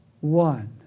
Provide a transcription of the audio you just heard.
one